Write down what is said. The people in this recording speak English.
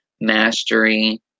mastery